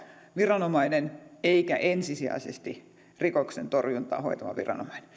viranomainen eikä ensisijaisesti rikoksentorjuntaa hoitava viranomainen